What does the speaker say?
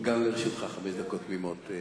גם לרשותך חמש דקות תמימות.